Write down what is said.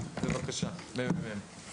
בבקשה, ממ"מ.